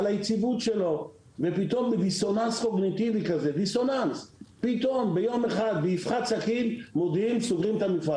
ופתאום בדיסוננס ביום אחד מודיעים שסוגרים את המפעל.